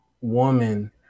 woman